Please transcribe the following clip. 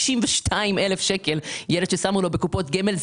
62,000 שקל שיקבל ילד שחסכו לו בקופות גמל.